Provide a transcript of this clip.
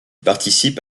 participe